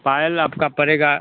पायल आपका पड़ेगा